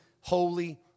holy